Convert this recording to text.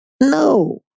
No